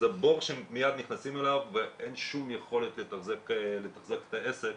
זה בור שהם מיד נכנסים אליו ואין שום יכולת לתחזק את העסק.